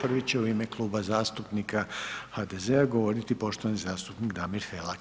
Prvi će u ime Kluba zastupnika HDZ-a govoriti poštovani zastupnik Damir Felak.